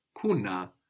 kuna